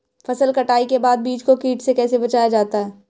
फसल कटाई के बाद बीज को कीट से कैसे बचाया जाता है?